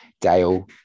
Dale